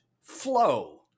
flow